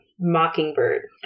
Mockingbird